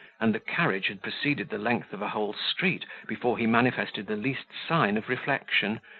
and the carriage had proceeded the length of a whole street before he manifested the least sign of reflection,